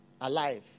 alive